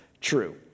true